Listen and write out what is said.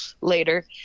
later